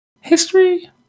History